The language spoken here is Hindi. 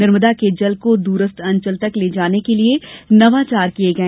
नर्मदा के जल को द्रस्थ अंचल तक ले जाने के लिए नवाचार किए गए